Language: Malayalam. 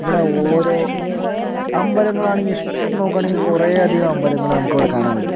ഇവിടെ ഓരോ അമ്പലങ്ങളാണെങ്കിൽ ഇഷ് നോക്കുകയാണെങ്കിൽ കുറേ അധികം അമ്പലങ്ങൾ നമുക്ക് ഇവിടെ കാണാൻ പറ്റും